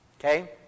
Okay